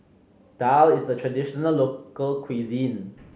daal is a traditional local cuisine